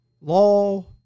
law